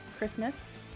Christmas